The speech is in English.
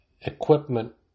equipment